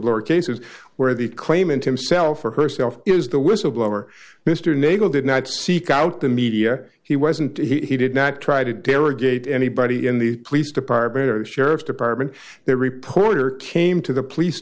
blower cases where the claimant himself or herself is the whistleblower mr nagle did not seek out the media he wasn't he did not try to delegate anybody in the police department or the sheriff's department they report or came to the police